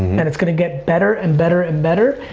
and it's gonna get better and better and better,